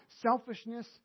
selfishness